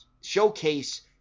showcase